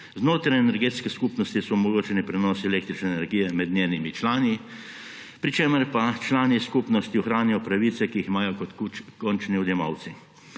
Znotraj energetske skupnosti so omogočeni prenosi električne energije med njenimi člani, pri čemer pa člani skupnosti ohranijo pravice, ki jih imajo kot končni odjemalci.